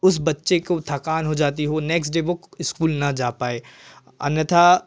उस बच्चे को थकान हो जाती हो नेक्स डे वह इस्कूल न जा पाए अन्यथा